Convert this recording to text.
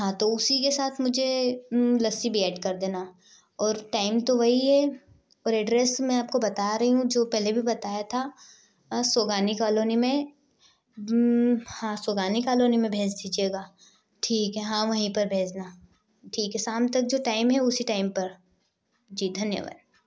हाँ तो उसी के साथ मुझे लस्सी भी ऐड कर देना और टाइम तो वही है पर एड्रेस मैं आपको बता रही हूँ जो पहले भी बताया था सोगानी कॉलोनी में हाँ सोगानी कॉलोनी में भेज दीजिएगा ठीक है हाँ वहीं पर भेजना ठीक है शाम तक जो टाइम है उसी टाइम पर जी धन्यवाद